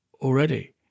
already